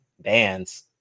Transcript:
bands